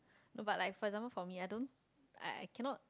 no but like for example for me I don't I I cannot